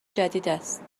جدیداست